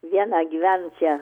vieną gyvenančią